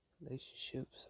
relationships